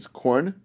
corn